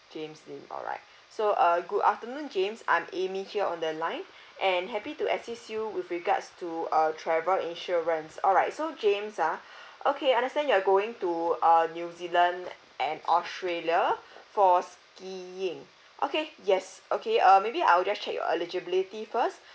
james lim alright so uh good afternoon james I'm amy here on the line and happy to assist you with regards to a travel insurance alright so james ah okay I understand you are going to uh new zealand and australia for skiing okay yes okay uh maybe I'll just check your eligibility first